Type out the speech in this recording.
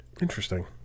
Interesting